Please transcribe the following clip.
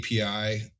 API